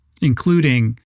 Including